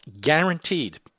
Guaranteed